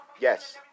Yes